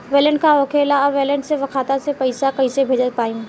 Wallet का होखेला और वैलेट से खाता मे पईसा कइसे भेज पाएम?